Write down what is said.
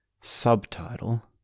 subtitle